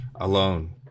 alone